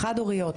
החד הוריות,